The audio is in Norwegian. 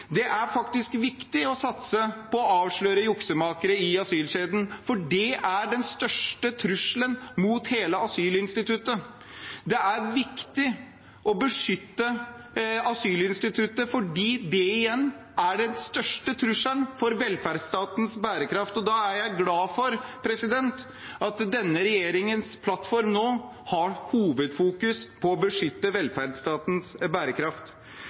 Det er faktisk viktig å satse på å avsløre juksemakere i asylkjeden, for det er den største trusselen mot hele asylinstituttet. Det er viktig å beskytte asylinstituttet fordi det igjen er den største trusselen mot velferdsstatens bærekraft. Da er jeg glad for at denne regjeringens plattform nå har som hovedfokus å beskytte velferdsstatens bærekraft.